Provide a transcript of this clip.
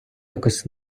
якось